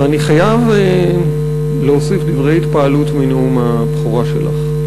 ואני חייב להוסיף דברי התפעלות מנאום הבכורה שלך.